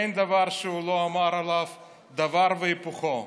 אין דבר שהוא לא אמר עליו דבר והיפוכו.